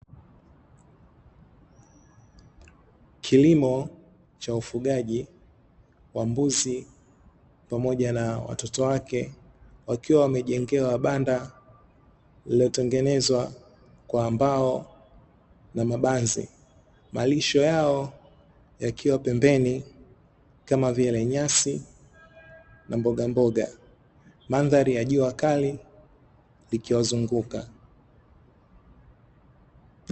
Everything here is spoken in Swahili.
Kilimo cha ufugaji wa mbuzi pamoja na watoto wake wakiwa wamejengewa banda lililotengenezwa kwa mbao na mabanzi. Marisho Yao yakiwa pembeni kama vile; nyasi na mbogamboga, mandhari ya jua kali likiwazinguka.